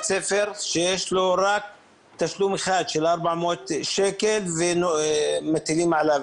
ספר שיש לו רק תשלום אחד של 400 שקל ומטילים עליו